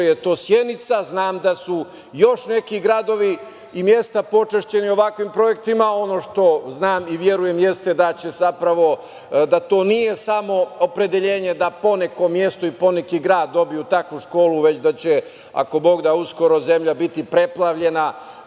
je to Sjenica, a znam da su još neki gradovi i mesta počašćeni ovakvim projektima. Ono što znam i verujem jeste da to nije samo opredeljenje da po neko mesto i po neki grad dobiju takvu školu, već da će, ako bog da, uskoro zemlja biti preplavljena